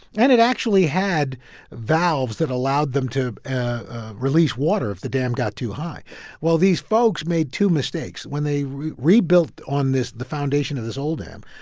and it actually had valves that allowed them to release water if the dam got too high well, these folks made two mistakes. when they rebuilt on this the foundation of this old dam,